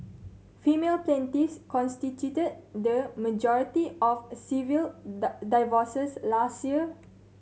female plaintiffs constituted the majority of civil divorces last year